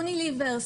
יוניליוור,